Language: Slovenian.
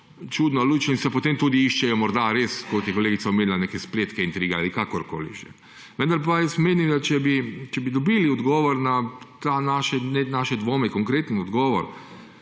čudno luč in se potem tudi iščejo morda res, kot je kolegica omenila, neke spletne, intrige ali kakorkoli že. Vendar pa jaz menim, da če bi dobili odgovor na te naše dvome konkreten odgovor,